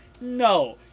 No